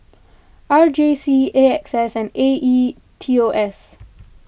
R J C A X S and A E T O S